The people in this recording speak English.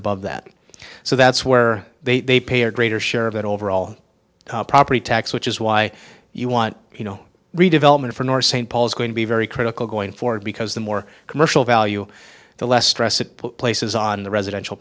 above that so that's where they pay a greater share of that overall property tax which is why you want you know redevelopment for north st paul is going to be very critical going forward because the more commercial value the less stress it places on the residential